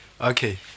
okay